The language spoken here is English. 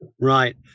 Right